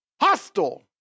hostile